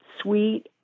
sweet